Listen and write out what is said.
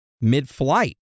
mid-flight